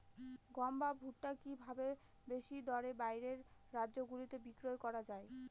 গম বা ভুট্ট কি ভাবে বেশি দরে বাইরের রাজ্যগুলিতে বিক্রয় করা য়ায়?